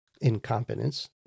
incompetence